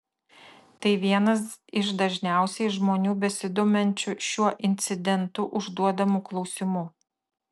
tai vienas iš dažniausiai žmonių besidominčiu šiuo incidentu užduodamų klausimų